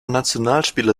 nationalspieler